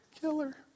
killer